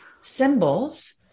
symbols